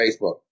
Facebook